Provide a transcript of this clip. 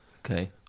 Okay